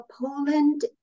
Poland